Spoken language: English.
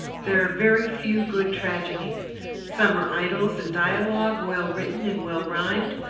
there are very few good tragedies some are idylls in dialogue, well written and well rhymed,